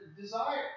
desire